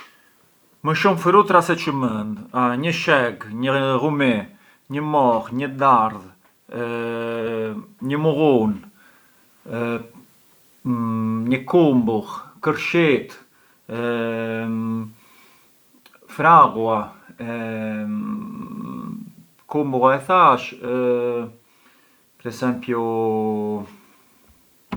Më shumë frutta se çë mënd: një sheg, një llumi, një moll, një dardh, një mullunë, një kumbull, kërshit, fraghua, kumbulla e thash, per esempi.